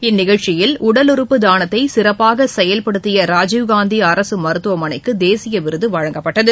இந்நிகழ்ச்சியில் உடல் உறுப்பு தானத்தை சிறப்பாக செயல்படுத்திய ராஜீவ்காந்தி அரசு மருத்துவமனைக்கு தேசிய விருது வழங்கப்பட்டது